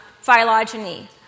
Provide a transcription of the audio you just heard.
phylogeny